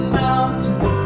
mountains